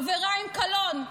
עבירה עם קלון.